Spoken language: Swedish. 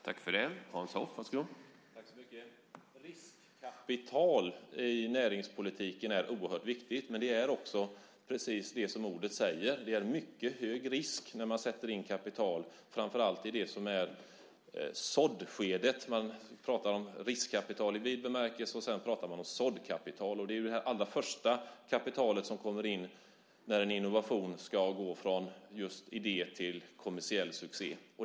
Herr talman! Riskkapital i näringspolitiken är oerhört viktigt, men det är också precis det som ordet säger: Det är en mycket hög risk när man sätter in kapital framför allt i det som är såddskedet. Man pratar om riskkapital i vid bemärkelse, och sedan pratar man om såddkapital. Det är det allra första kapital som kommer in när en innovation ska gå från just idé till kommersiell succé.